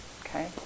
Okay